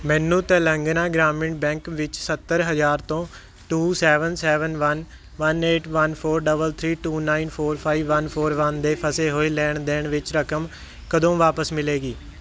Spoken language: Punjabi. ਮੈਨੂੰ ਤੇਲੰਗਾਨਾ ਗ੍ਰਾਮੀਣ ਬੈਂਕ ਵਿੱਚ ਸੱਤਰ ਹਜ਼ਾਰ ਤੋਂ two seven seven one one eight one four double three two nine four five one four one ਦੇ ਫਸੇ ਹੋਏ ਲੈਣ ਦੇਣ ਵਿੱਚ ਰਕਮ ਕਦੋਂ ਵਾਪਿਸ ਮਿਲੇਗੀ